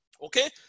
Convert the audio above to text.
okay